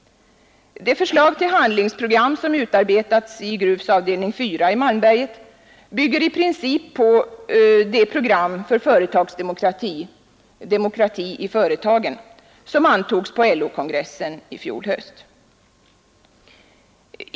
Det förslag till handlingsprogram som utarbetets i 41 Gruvs avdelning 4 i Malmberget bygger i princip på det program för företagsdemokrati — Demokrati i företagen — som antogs på LO-kongressen i fjol höst.